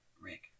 Rick